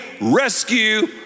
rescue